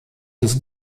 des